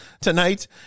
tonight